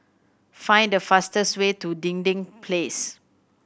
find the fastest way to Dinding Place